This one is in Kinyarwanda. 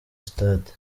stade